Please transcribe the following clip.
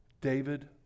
David